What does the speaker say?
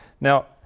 Now